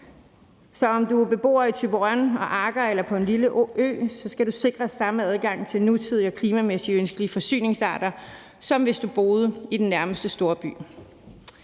Så om du er beboer i Thyborøn eller Agger eller på en lille ø, så skal du sikres samme adgang til nutidige og klimamæssigt ønskelige forsyningsarter, som hvis du boede i den nærmeste storby.